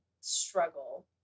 struggle